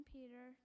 Peter